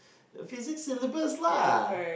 physics syllabus lah